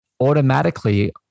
automatically